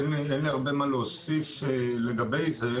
ואין לי הרבה מה להוסיף לגבי זה.